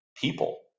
people